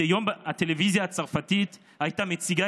מדי יום הטלוויזיה הצרפתית הייתה מציגה